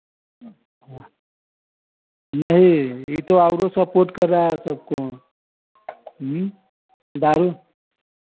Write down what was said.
नहीं यह तो औरो सपोर्ट कर रहा है सबको दारू